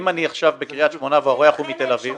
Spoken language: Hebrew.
אם אני עכשיו בקרית שמונה והאורח הוא מתל אביב?